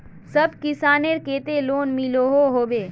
सब किसानेर केते लोन मिलोहो होबे?